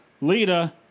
Lita